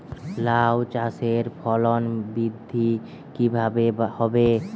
লাউ চাষের ফলন বৃদ্ধি কিভাবে হবে?